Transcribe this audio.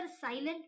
silent